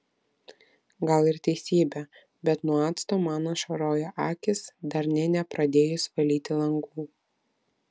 gal ir teisybė bet nuo acto man ašaroja akys dar nė nepradėjus valyti langų